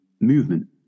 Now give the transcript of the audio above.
movement